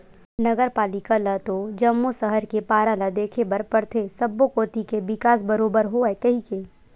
नगर पालिका ल तो जम्मो सहर के पारा ल देखे बर परथे सब्बो कोती के बिकास बरोबर होवय कहिके